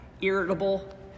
irritable